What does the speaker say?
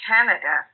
Canada